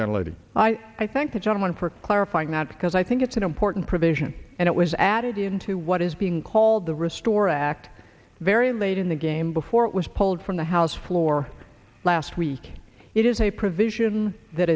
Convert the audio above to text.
generally i thank the gentleman for clarifying that because i think it's an important provision and it was added in to what is being called the restore act very late in the game before it was pulled from the house floor law last week it is a provision that